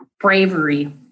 bravery